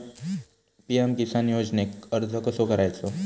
PM Kisan योजनेक अर्ज कसो करायचो?